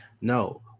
No